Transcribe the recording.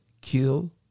kill